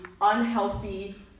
unhealthy